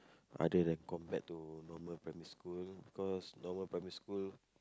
other than come back to normal primary school because normal primary school